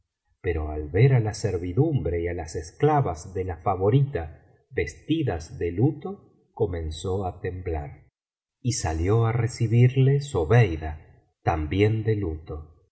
pero al ver á la servidumbre y á las esclavas de la favorita vestidas de luto comenzó á temblar y salió á recibirle zobeida también de luto